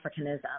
Africanism